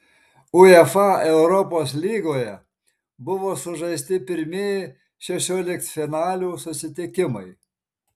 uefa europos lygoje buvo sužaisti pirmieji šešioliktfinalių susitikimai